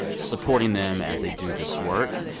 supporting them as they do this work.